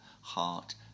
heart